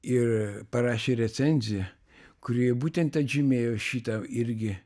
ir parašė recenziją kurioje būtent atžymėjo šitą irgi